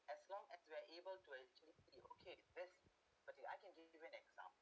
as long as we are able to actually be okay with this okay I can give you an example